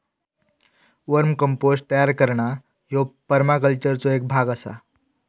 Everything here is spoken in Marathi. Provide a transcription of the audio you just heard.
वर्म कंपोस्ट तयार करणा ह्यो परमाकल्चरचो एक भाग आसा